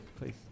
Please